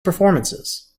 performances